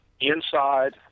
inside